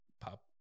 pop